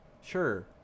sure